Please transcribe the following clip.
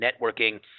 networking